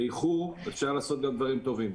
באיחור אפשר לעשות גם דברים טובים.